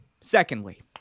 Secondly